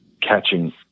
catching